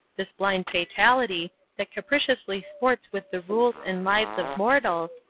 this blind fatality, that capriciously sports with the rules and lives of mortals,